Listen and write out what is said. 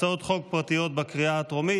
הצעות חוק פרטיות לקריאה הטרומית.